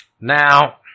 Now